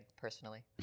personally